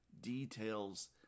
details